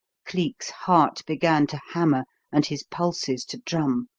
cleek's heart began to hammer and his pulses to drum.